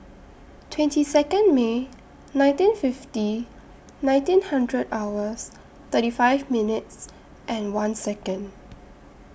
twenty Second May nineteen fifty nineteen hundred hours thirty five minutes and one Second